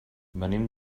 venim